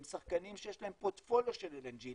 הם שחקנים שיש להם פורטפוליו של LNG,